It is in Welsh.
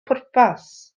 pwrpas